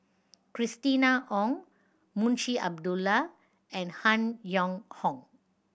Christina Ong Munshi Abdullah and Han Yong Hong